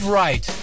right